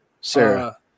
Sarah